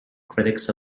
critics